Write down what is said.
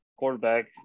Quarterback